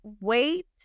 wait